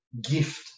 gift